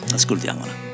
ascoltiamola